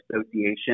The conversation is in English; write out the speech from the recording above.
association